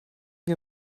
wir